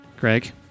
Greg